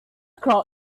crowd